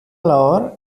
lahore